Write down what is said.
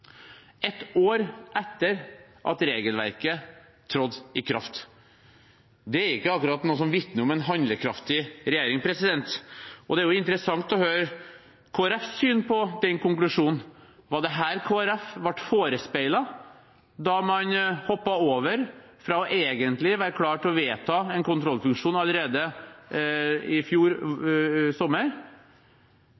ett år etter at regelverket trådte i kraft. Det er ikke akkurat noe som vitner om en handlekraftig regjering. Det er interessant å høre Kristelig Folkepartis syn på denne konklusjonen. Var det dette Kristelig Folkeparti ble forespeilet da man hoppet over fra egentlig å være klar til å vedta en kontrollfunksjon allerede i fjor